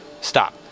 Stop